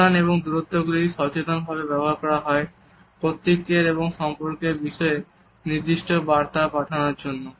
ব্যবধান এবং দূরত্বগুলি সচেতনভাবে ব্যবহার করা হয় কর্তৃত্বের এবং সম্পর্কের বিষয়ে নির্দিষ্ট বার্তা পাঠানোর জন্য